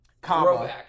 comma